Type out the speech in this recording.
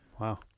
Wow